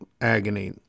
agony